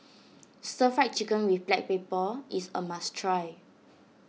Stir Fried Chicken with Black Pepper is a must try